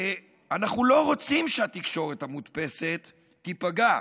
אנחנו לא רוצים שהתקשורת המודפסת תיפגע.